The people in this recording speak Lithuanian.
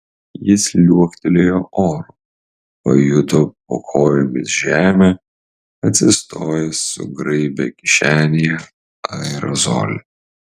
jis liuoktelėjo oru pajuto po kojomis žemę atsistojęs sugraibė kišenėje aerozolį